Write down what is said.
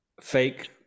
fake